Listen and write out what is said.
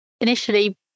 initially